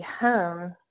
home